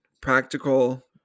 practical